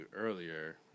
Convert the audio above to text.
earlier